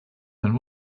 and